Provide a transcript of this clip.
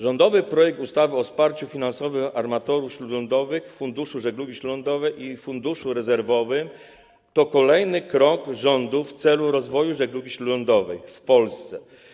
Rządowy projekt ustawy o wsparciu finansowym armatorów śródlądowych, Funduszu Żeglugi Śródlądowej i Funduszu Rezerwowym to kolejny krok rządu mający na celu rozwój żeglugi śródlądowej w Polsce.